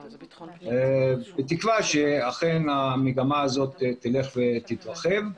בתקוה שאכן המגמה הזאת תלך ותתרחב.